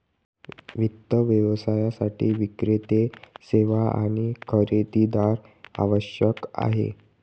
वित्त व्यवसायासाठी विक्रेते, सेवा आणि खरेदीदार आवश्यक आहेत